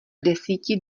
desíti